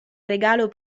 regalo